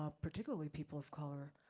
ah particularly people of color,